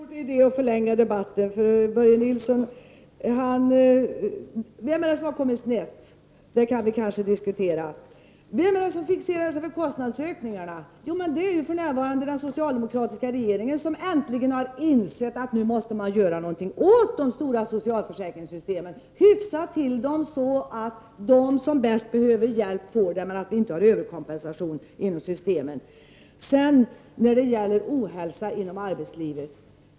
Herr talman! Det är inte stor idé att förlänga debatten. Vem som egentligen har hamnat snett är något som vi kanske kan diskutera. Vem är det som fixerar sig vid kostnadsökningarna? Jo, det är för närvarande den socialdemokratiska regeringen, som äntligen har insett att man nu måste göra någonting åt de omfattande socialförsäkringssystemen. Man måste hyfsa till dem, så att de som bäst behöver hjälp får det utan att vi därmed har någon överkompensation inom systemen. Börje Nilsson talar också om ohälsa inom arbetslivet.